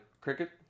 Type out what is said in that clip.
Cricket